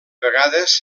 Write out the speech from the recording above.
vegades